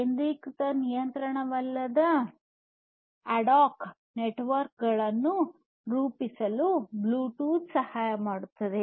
ಕೇಂದ್ರೀಕೃತ ನಿಯಂತ್ರಕವಿಲ್ಲದ ad hoc ನೆಟ್ವರ್ಕ್ಗಳನ್ನು ರೂಪಿಸಲು ಬ್ಲೂಟೂತ್ ಸಹಾಯ ಮಾಡುತ್ತದೆ